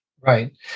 Right